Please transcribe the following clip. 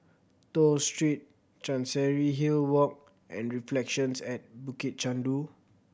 Toh Street Chancery Hill Walk and Reflections at Bukit Chandu